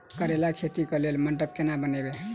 करेला खेती कऽ लेल मंडप केना बनैबे?